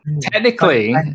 Technically